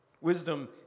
Wisdom